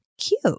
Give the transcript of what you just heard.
Cute